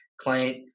client